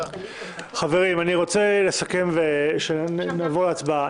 חברים, אני רוצה לסכם ושנעבור להצבעה.